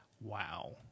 Wow